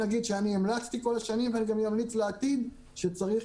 המלצתי כל השנים ואני גם אמליץ בעתיד שצריך